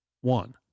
one